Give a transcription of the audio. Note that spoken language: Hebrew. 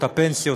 הפנסיות,